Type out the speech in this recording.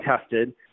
tested